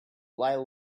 lie